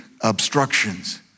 obstructions